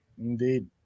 indeed